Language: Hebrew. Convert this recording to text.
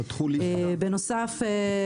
בנוסף,